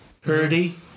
Purdy